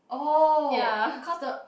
oh cause the